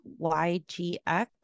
YGX